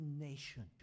nation